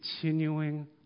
continuing